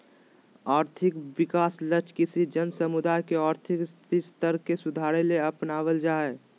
और्थिक विकास लक्ष्य किसी जन समुदाय के और्थिक स्थिति स्तर के सुधारेले अपनाब्ल जा हइ